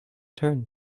turned